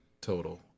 total